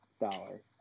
dollar